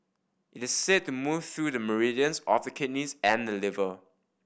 it is said to move through the meridians of the kidneys and liver